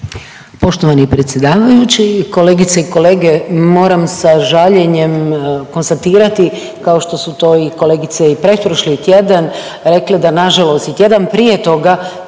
Poštovani predsjedavajući, kolegice i kolege. Moram sa žaljenjem konstatirati kao što su to kolegice i pretprošli tjedan rekle da nažalost i tjedan prije toga